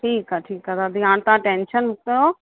ठीकु आहे ठीकु आहे दादी हाणे तव्हां टैंशन न कयो